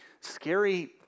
scary